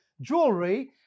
jewelry